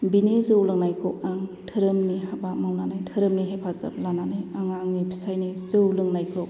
बिनि जौ लोंनायखौ आं धोरोमनि हाबा मावनानै धोरोमनि हेफाजाब लानानै आं आंनि फिसायनि जौ लोंनायखौ